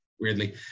weirdly